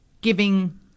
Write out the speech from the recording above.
giving